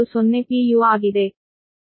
u ಆಗಿದೆ